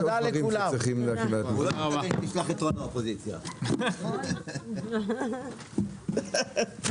הישיבה ננעלה בשעה 12:47.